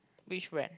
which friend